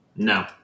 No